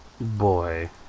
boy